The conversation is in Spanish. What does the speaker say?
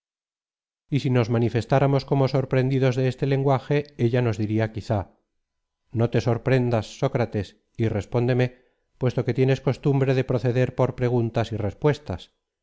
república y si nos manifestáramos como sorprendidos de este lenguaje ella nos diría quizá no te sorprendas sócrates y respóndeme puesto que tienes costumbre de proceder por preguntas y respuestas